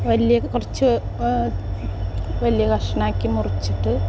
വലിയ കുറച്ച് വലിയ കഷ്ണം ആക്കി മുറിച്ചിട്ട്